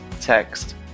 text